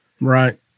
Right